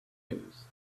news